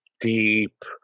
deep